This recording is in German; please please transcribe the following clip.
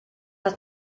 das